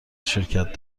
شرکت